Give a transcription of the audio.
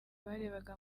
barebaga